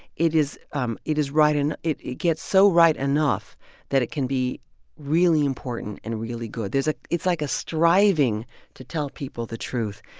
it is um it is right, and it it gets so right enough that it can be really important and and really good. there's a it's like a striving to tell people the truth.